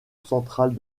centrale